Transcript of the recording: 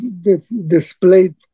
displayed